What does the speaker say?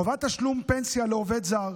חובת תשלום פנסיה לעובד זר